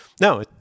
No